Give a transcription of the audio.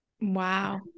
Wow